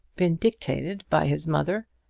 been dictated by his mother,